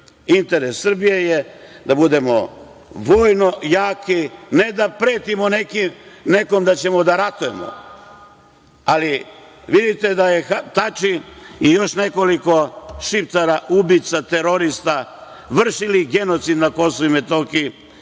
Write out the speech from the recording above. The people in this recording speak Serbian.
Interes Srbije je da budemo vojno jaki, ne da pretimo nekom da ćemo da ratujemo, ali vidite da su Tači i još nekoliko Šiptara, ubica terorista, vršili genocid na Kosovu i Metohiji